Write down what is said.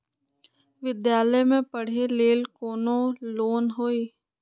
विद्यालय में पढ़े लेल कौनो लोन हई?